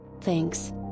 Thanks